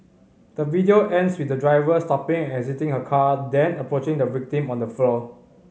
the video ends with the driver stopping and exiting her car then approaching the victim on the floor